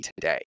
today